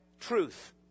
truth